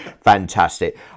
fantastic